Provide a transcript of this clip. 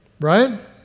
right